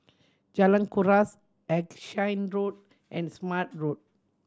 Jalan Kuras Erskine Road and Smart Road